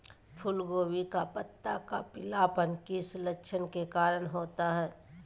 फूलगोभी का पत्ता का पीलापन किस लक्षण के कारण होता है?